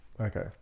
Okay